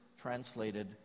translated